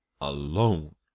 alone